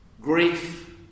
grief